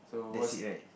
that's it right